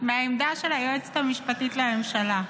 מהעמדה של היועצת המשפטית לממשלה.